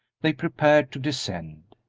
they prepared to descend.